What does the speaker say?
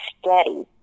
steady